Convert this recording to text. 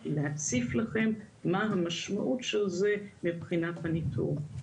היא להציף לכם מה המשמעות של זה מבחינת של זה מבחינת הניתור.